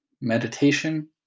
meditation